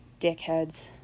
Dickheads